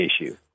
issue